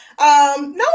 no